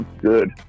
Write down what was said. good